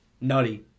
Nutty